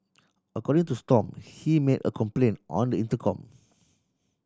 according to Stomp he made a complaint on the intercom